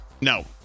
No